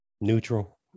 Neutral